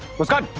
mushkan.